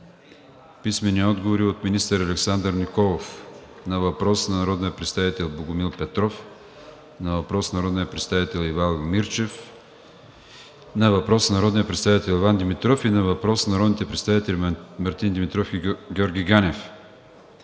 юни 2022 г. от: - министър Александър Николов на въпрос от народния представител Богомил Петров; на въпрос от народния представител Ивайло Мирчев; на въпрос от народния представител Иван Димитров и на въпрос от народните представители Мартин Димитров и Георги Ганев;